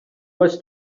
was